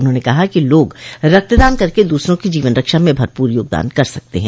उन्होंने कहा कि लोग रक्तदान करके दूसरों की जीवन रक्षा में भरपूर योगदान कर सकते हैं